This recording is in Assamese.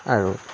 আৰু